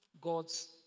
God's